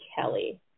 Kelly